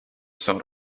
sort